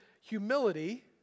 humility